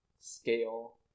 scale